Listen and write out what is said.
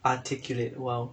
articulate !wow!